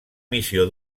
missió